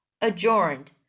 adjourned